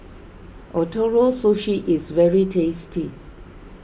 Ootoro Sushi is very tasty